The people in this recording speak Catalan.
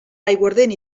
aiguardent